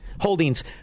holdings